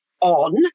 on